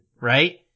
right